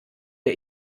der